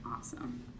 Awesome